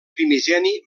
primigeni